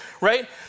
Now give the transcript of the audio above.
right